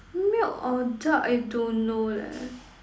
milk or dark I don't know leh